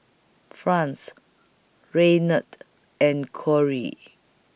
Franz Raynard and Corry